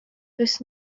does